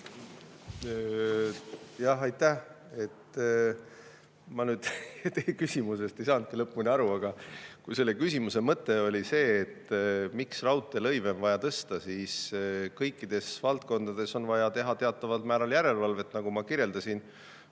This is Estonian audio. Aitäh! Ma nüüd teie küsimusest ei saanudki lõpuni aru. Aga kui selle küsimuse mõte oli see, et miks raudteelõive on vaja tõsta, siis ütlen, et kõikides valdkondades on vaja teha teataval määral järelevalvet. Nagu ma kirjeldasin,